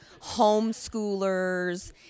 homeschoolers